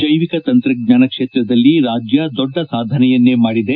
ಜೈವಿಕ ತಂತ್ರಜ್ಞಾನ ಕ್ಷೇತ್ರದಲ್ಲಿ ರಾಜ್ಯ ದೊಡ್ಡ ಸಾಧನೆಯನ್ನೇ ಮಾಡಿದೆ